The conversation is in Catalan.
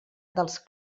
dels